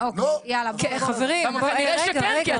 -- ננסה בין הקריאה השנייה לשלישית.